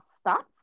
stop